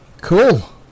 Cool